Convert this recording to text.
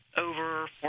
over